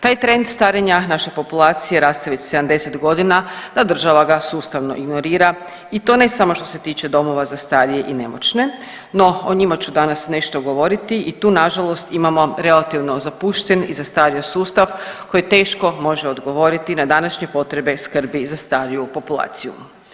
Taj trend starenja naše populacije raste već 70 godina, država ga sustavno ignorira i to ne samo što se tiče domova za starije i nemoćne no o njima ću danas nešto govoriti i tu na žalost imamo relativno zapušten i zastario sustav koji teško može odgovoriti na današnje potrebe skrbi za stariju populaciju.